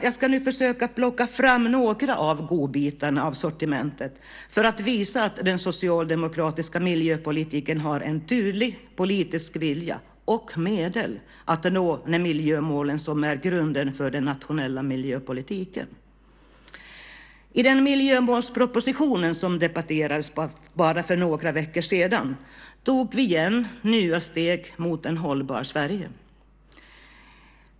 Jag ska nu försöka plocka fram några av godbitarna i sortimentet för att visa att den socialdemokratiska miljöpolitiken har en tydlig politisk vilja och medel att nå de miljömål som är grunden för den nationella miljöpolitiken. I den miljömålsproposition som debatterades för bara några veckor sedan tog vi åter nya steg mot ett hållbart Sverige.